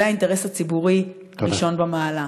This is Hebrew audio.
זה האינטרס הציבורי הראשון במעלה.